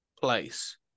place